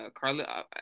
Carla